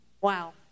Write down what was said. Wow